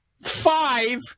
five